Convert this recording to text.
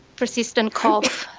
persistent cough,